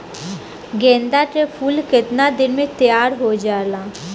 गेंदा के फूल केतना दिन में तइयार हो जाला?